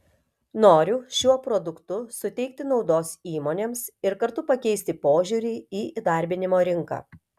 noriu šiuo produktu suteikti naudos įmonėms ir kartu pakeisti požiūrį į įdarbinimo rinką